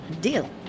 Deal